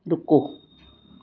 ਰੁਕੋ